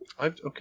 Okay